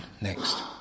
next